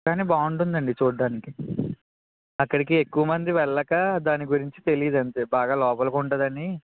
కానీ బాగుంటుంది అండి చూడడానికి అక్కడికి ఎక్కువ మంది వెళ్ళక దాని గురించి తెలియదు అంతే బాగా లోపల ఉంటుందని